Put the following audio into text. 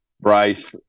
Bryce